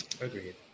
agreed